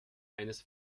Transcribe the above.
eines